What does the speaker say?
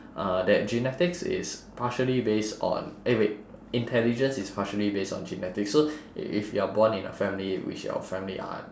uh that genetics is partially based on eh wait intelligence is partially based on genetics so if you're born in a family in which your family are